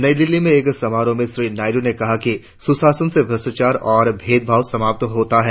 नई दिल्ली में एक समारोह में श्री नायडू ने कहा कि सुशासन से भ्रष्टाचार और भेदभाव समाप्त होता है